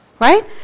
Right